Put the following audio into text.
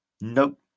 Nope